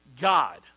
God